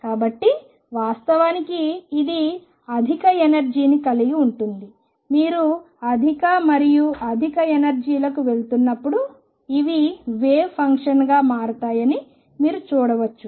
కాబట్టి వాస్తవానికి ఇది అధిక ఎనర్జీ ని కలిగి ఉంటుంది మీరు అధిక మరియు అధిక ఎనర్జీలకు వెళుతున్నప్పుడు ఇవి వేవ్ ఫంక్షన్గా మారుతాయని మీరు చూపవచ్చు